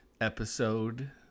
episode